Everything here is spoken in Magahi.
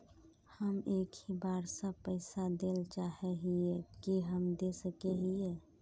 हम एक ही बार सब पैसा देल चाहे हिये की हम दे सके हीये?